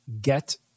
Get